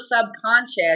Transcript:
subconscious